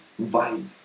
vibe